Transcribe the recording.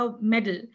Medal